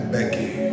Becky